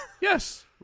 Yes